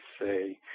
say